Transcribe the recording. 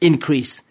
Increase